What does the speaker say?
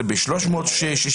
חבר הכנסת רוטמן,